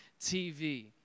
TV